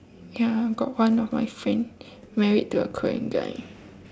ya got one of my friend married to a korean guy